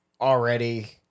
already